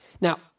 Now